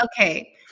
Okay